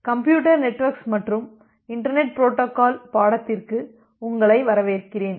computer networks மற்றும் internet protocol பாடத்திற்கு உங்களை வரவேற்கிறேன்